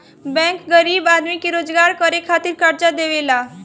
bank गरीब आदमी के रोजगार करे खातिर कर्जा देवेला